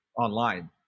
online